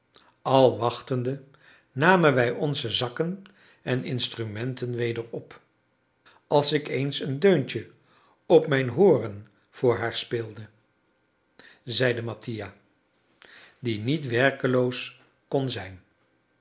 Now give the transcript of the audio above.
al wachtende namen wij onze zakken en instrumenten weder op als ik eens een deuntje op mijn horen voor haar speelde zeide mattia die niet werkeloos kon zijn